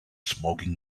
smoking